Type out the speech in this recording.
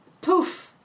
Poof